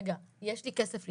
רגע, יש לי כסף לתבוע,